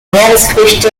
meeresfrüchte